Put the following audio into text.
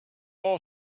all